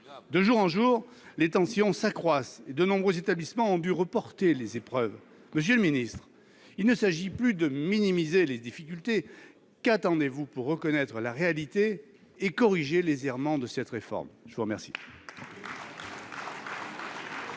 De jour en jour, les tensions s'accroissent et de nombreux établissements ont dû reporter les épreuves. Monsieur le ministre, il ne s'agit plus de minimiser les difficultés. Qu'attendez-vous pour reconnaître la réalité et corriger les errements de cette réforme ? La parole